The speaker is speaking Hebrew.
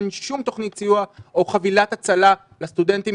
אין שום תוכנית סיוע או חבילת הצלה לסטודנטים.